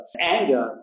anger